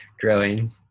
growing